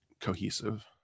cohesive